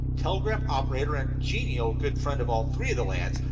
telegraph operator and genial good friend of all three of the lads,